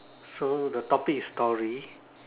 so the topic is story